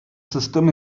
system